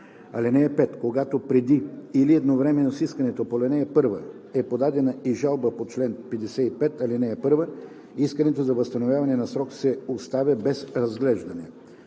(5) Когато преди или едновременно с искането по ал. 1 е подадена и жалба по чл. 55, ал. 1, искането за възстановяване на срок се оставя без разглеждане.